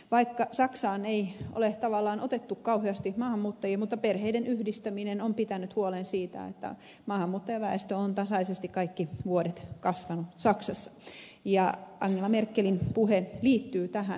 vaikka saksaan ei ole tavallaan otettu kauheasti maahanmuuttajia perheiden yhdistäminen on pitänyt huolen siitä että maahanmuuttajaväestö on tasaisesti kaikki vuodet kasvanut saksassa ja angela merkelin puhe liittyy tähän